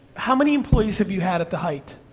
how many employees have you had at the height?